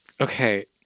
Okay